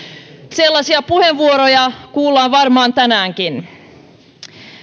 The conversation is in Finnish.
sellaisia puheenvuoroja kuullaan varmaan tänäänkin